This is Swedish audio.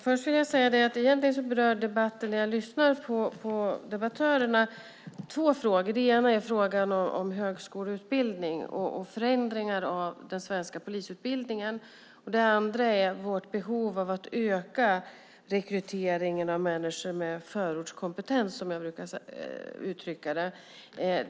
Fru talman! När jag lyssnar på debatten hör jag att den egentligen rör två frågor. Det ena är frågan om högskoleutbildning och förändringar av den svenska polisutbildningen. Det andra är vårt behov av att öka rekryteringen av människor med förortskompetens, som jag brukar uttrycka det.